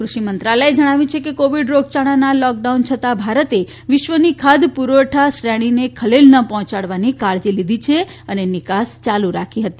ફ્રષિ મંત્રાલયે જણાવ્યું કે કોવિડ રોગયાળાના લોક ડાઉન છતાં ભારતે વિશ્વની ખાદ્ય પુરવઠા શ્રેણીને ખલેલ ન પહોંચાડવાની કાળજી લીધી હતી અને નિકાસ યાલુ રાખી હતી